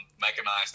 mechanized